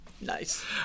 Nice